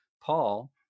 Paul